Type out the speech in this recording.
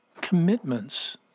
commitments